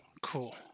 cool